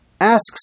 Asks